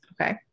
Okay